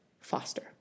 foster